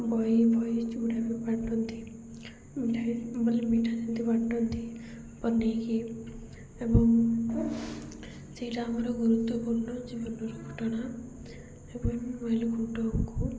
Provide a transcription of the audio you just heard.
ବହି ବହି ଯୁଉଡ଼ା କ ବାଣ୍ଟନ୍ତି ମିଠାଇ ମାନେ ମିଠା ଯେମିତି ବାଣ୍ଟନ୍ତି ବନାଇକି ଏବଂ ସେଇଟା ଆମର ଗୁରୁତ୍ୱପୂର୍ଣ୍ଣ ଜୀବନର ଘଟଣା ଏବଂ ମହିଳା ଖୁଣ୍ଟକୁ